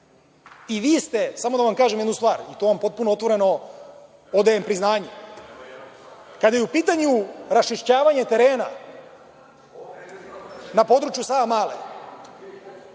Vi ste, samo da vam kažem jednu stvar, to vam potpuno otvoreno odajem priznanje, kada je u pitanju raščišćavanje terena na području Savamale,